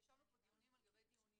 ישבנו פה דיונים על גבי דיונים